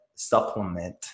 supplement